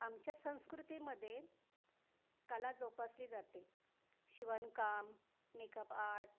आमच्या संस्कृतीमध्ये कला जोपासली जाते शिवणकाम मेकअप आर्ट